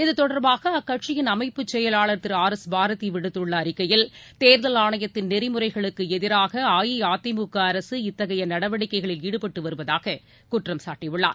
இது தொடர்பாக அக்கட்சியின் அமைப்பு செயலாளர் திரு ஆர் எஸ் பாரதி விடுத்துள்ள அறிக்கையில் தேர்தல் ஆணையத்தின் நெறிமுறைகளுக்கு எதிராக அஇஅதிமுக அரசு இத்தகைய நடவடிக்கைகளில் ஈடுபட்டு வருவதாக குற்றம் சாட்டியுள்ளார்